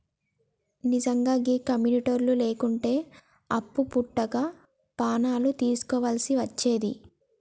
నిజ్జంగా గీ కమ్యునిటోళ్లు లేకుంటే అప్పు వుట్టక పానాలు దీస్కోవల్సి వచ్చేది